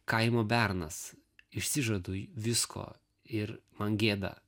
kaimo bernas išsižadu visko ir man gėda